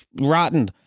rotten